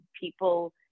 people